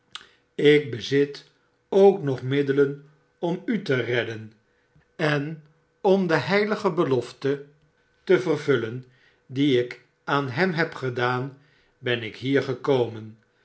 ik bezit ook nog middelen om u te redden en om de heiige belofte te vervullen die ik aan hem heb gedaan ben ik hier gekomen